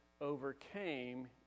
overcame